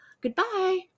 Goodbye